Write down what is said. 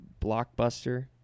blockbuster